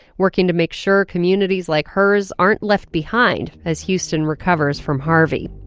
working to make sure communities like hers aren't left behind as houston recovers from harvey.